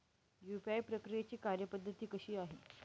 UPI प्रक्रियेची कार्यपद्धती कशी आहे?